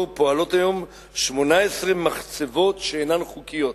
פועלות היום 18 מחצבות שאינן חוקיות.